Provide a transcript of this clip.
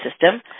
system